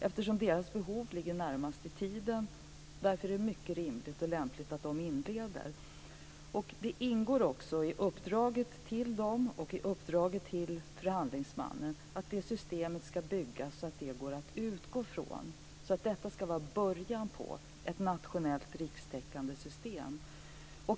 Eftersom dess behov ligger närmast i tiden är det mycket rimligt och lämpligt att polisen inleder. Det ingår också i uppdraget till polisen och till förhandlingsmannen att systemet ska byggas så att det går att utgå ifrån. Detta ska alltså vara början på ett nationellt, rikstäckande system.